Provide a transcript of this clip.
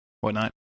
whatnot